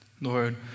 Lord